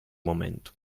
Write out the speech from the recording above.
momento